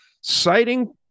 citing